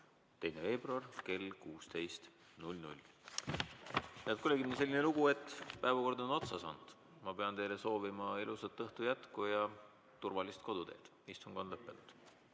2. veebruari kell 16. Head kolleegid! Nüüd selline lugu, et päevakord on otsa saanud. Ma pean teile soovima ilusat õhtu jätku ja turvalist koduteed. Istung on lõppenud.